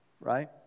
Right